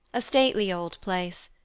a stately old place,